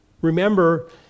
Remember